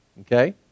okay